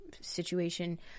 situation